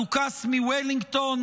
הדוכס מוולינגטון.